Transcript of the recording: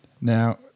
Now